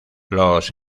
los